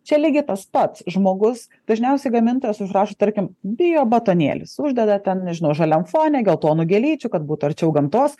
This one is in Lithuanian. čia lygiai tas pats žmogus dažniausiai gamintojas užrašo tarkim bio batonėlis uždeda ten nežinau žaliam fone geltonų gėlyčių kad būtų arčiau gamtos